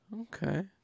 Okay